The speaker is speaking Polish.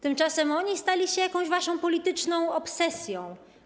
Tymczasem oni stali się jakąś waszą polityczną obsesją.